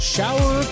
Shower